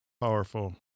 Powerful